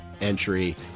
entry